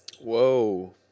Whoa